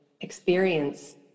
experience